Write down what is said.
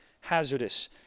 hazardous